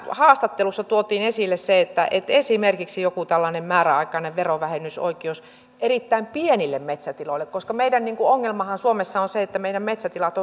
haastattelussa tuotiin esille esimerkiksi joku tällainen määräaikainen verovähennysoikeus erittäin pienille metsätiloille koska meidän ongelmahan suomessa on se että meidän metsätilat